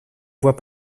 vois